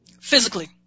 Physically